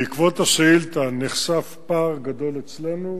בעקבות השאילתא נחשף פער גדול אצלנו.